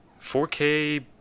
4K